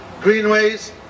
greenways